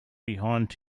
behind